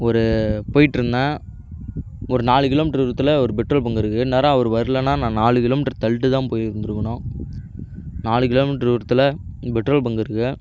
ஒரு போயிட்டுருந்தேன் ஒரு நாலு கிலோ மீட்டர் தூரத்தில் ஒரு பெட்ரோல் பங்கு இருக்கு இந்நேரம் அவர் வர்லேன்னா நா நாலு கிலோ மீட்டரு தள்ளிட்டுதான் போயிருந்துருக்கணும் நாலு கிலோ மீட்டரு தூரத்தில் பெட்ரோல் பங்கு இருக்குது